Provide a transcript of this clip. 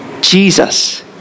Jesus